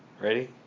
Ready